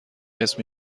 اسم